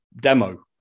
demo